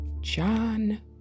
John